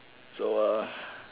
so uh